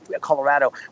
Colorado